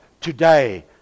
today